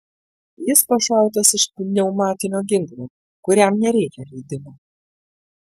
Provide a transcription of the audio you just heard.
jis pašautas iš pneumatinio ginklo kuriam nereikia leidimo